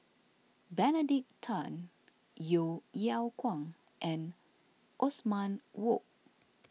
Benedict Tan Yeo Yeow Kwang and Othman Wok